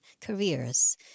careers